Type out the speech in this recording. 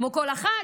כמו כל אחת,